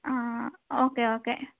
ആ okay okay